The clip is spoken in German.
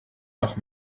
noch